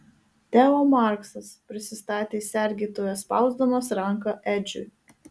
teo marksas prisistatė sergėtojas spausdamas ranką edžiui